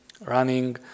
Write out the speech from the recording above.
running